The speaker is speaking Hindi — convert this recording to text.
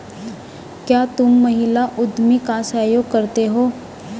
क्या तुम महिला उद्यमी का सहयोग करते हो?